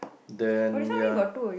then ya